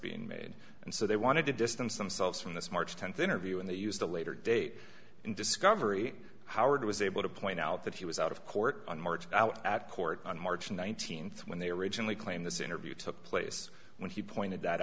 being made and so they wanted to distance themselves from this march tenth interview and they used a later date in discovery howard was able to point out that he was out of court on march out at court on march nineteenth when they originally claimed this interview took place when he pointed that